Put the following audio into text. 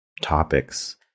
topics